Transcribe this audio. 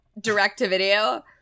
direct-to-video